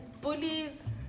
bullies